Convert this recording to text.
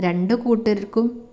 രണ്ട് കൂട്ടർക്കും